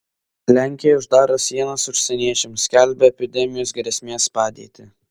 lenkija uždaro sienas užsieniečiams skelbia epidemijos grėsmės padėtį